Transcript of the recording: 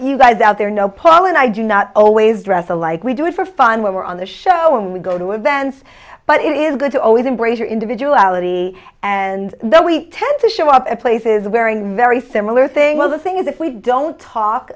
you guys out there know paul and i do not always dress alike we do it for fun when we're on the show when we go to events but it is good to always embrace your individuality and then we tend to show up at places wearing very similar thing well the thing is if we don't talk